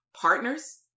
partners